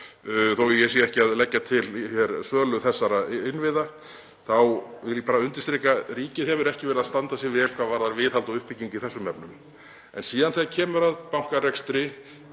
að ég sé ekki að leggja til sölu þessara innviða þá vil ég bara undirstrika að ríkið hefur ekki verið að standa sig vel hvað varðar viðhald og uppbyggingu í þessum efnum. En síðan þegar kemur að bankarekstri,